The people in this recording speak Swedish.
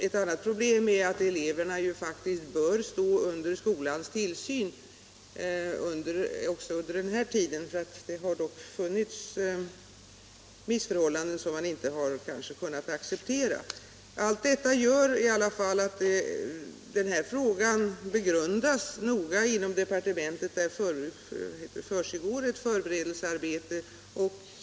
Ett annat problem är att eleverna ju faktiskt bör stå under skolans tillsyn också under den tid som denna utbildning pågår. Det har faktiskt förekommit vissa missförhållanden som man inte kunnat acceptera. Allt detta gör att denna fråga noga begrundas inom departementet, och där pågår ett förberedelsearbete.